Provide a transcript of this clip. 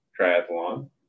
triathlon